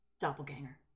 Doppelganger